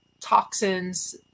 toxins